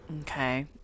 okay